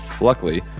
Luckily